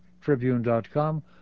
tribune.com